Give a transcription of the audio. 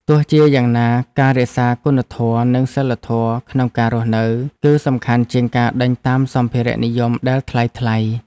ទោះជាយ៉ាងណាការរក្សាគុណធម៌ និងសីលធម៌ក្នុងការរស់នៅ គឺសំខាន់ជាងការដេញតាមសម្ភារៈនិយមដែលថ្លៃៗ។